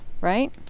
right